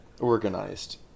organized